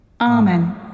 Amen